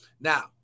now